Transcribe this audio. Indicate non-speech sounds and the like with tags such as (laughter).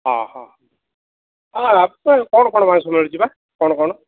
ହଁ ହଁ ହଁ (unintelligible) କ'ଣ କ'ଣ ମାଂସ ମିଳୁଛି ବା କ'ଣ କ'ଣ